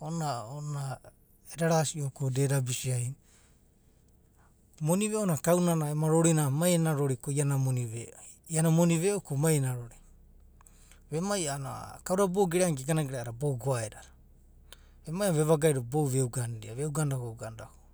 ona ona eda rasio ko da eda bisi ai nio. Moni veo na kaurana ema roriva, mai ena rori ko iana roni veo iana moni veo ko mai ena rori, vemai a’anana kaoda boudadai gere anai ge gana gerea va a’adada goaena da vemai a’anana ve va gaido boudadai veuganidia, veugana do uganda do.